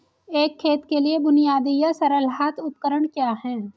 एक खेत के लिए बुनियादी या सरल हाथ उपकरण क्या हैं?